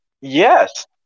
yes